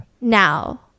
now